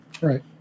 Right